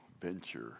venture